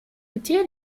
путей